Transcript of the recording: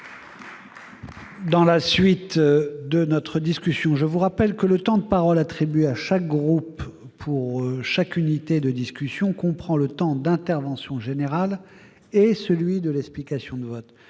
pas réglé. Mes chers collègues, je vous rappelle que le temps de parole attribué à chaque groupe pour chaque unité de discussion comprend le temps de l'intervention générale et celui de l'explication de vote.